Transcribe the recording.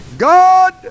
God